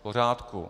V pořádku.